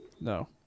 no